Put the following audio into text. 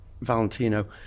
Valentino